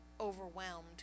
overwhelmed